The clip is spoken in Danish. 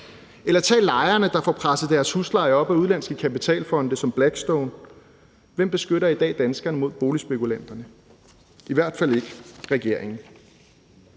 Eller tag lejerne, der får presset deres husleje op af udenlandske kapitalfonde som Blackstone. Hvem beskytter i dag danskerne mod boligspekulanterne? Det er i hvert fald ikke regeringen.